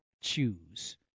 choose